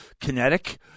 kinetic